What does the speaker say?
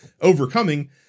overcoming